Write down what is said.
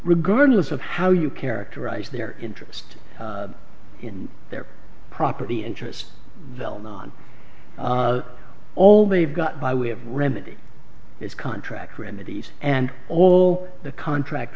regardless of how you characterize their interest in their property interests they'll non all they've got by way of remedy is contract remedies and all the contract